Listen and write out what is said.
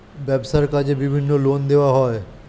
ব্যবসার কাজে বিভিন্ন লোন দেওয়া হয়